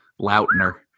Lautner